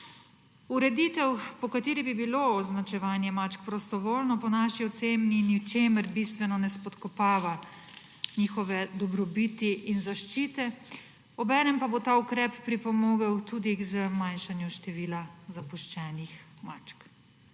Ureditev, po kateri bi bilo označevanje mačk prostovoljno, po naši oceni v ničemer bistveno ne spodkopava njihove dobrobiti in zaščite, obenem pa bo ta ukrep pripomogel tudi k zmanjšanju števila zapuščenih mačk.